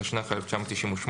התשנ"ח-1998,